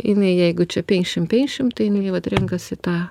jinai jeigu čia penkšim penkšim tai jinai vat renkasi tą